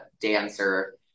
dancer